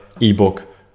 ebook